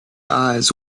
eyes